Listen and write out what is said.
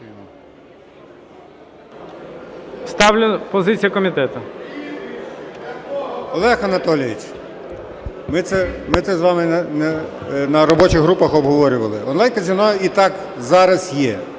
Олег Анатолійович, ми це з вами на робочих групах обговорювали. Онлайн-казино і так зараз є.